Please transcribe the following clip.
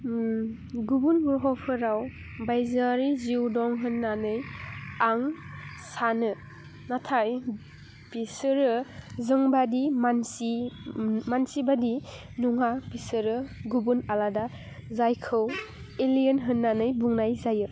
गुबुन ग्रह'फोराव बायजोआरि जिउ दं होननानै आं सानो नाथाय बिसोरो जोंबायदि मानसिबादि नङा बिसोरो गुबुन आलादा जायखौ एलियेन होननानै बुंनाय जायो